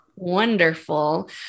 Wonderful